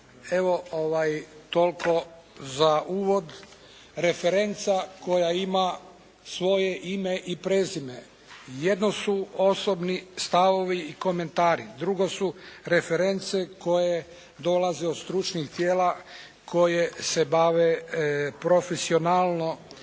Evo, toliko za uvod. Referenca koja ima svoje ime i prezime. Jedno su osobni stavovi i komentari. Drugo su reference koje dolaze od stručnih tijela koje se bave profesionalno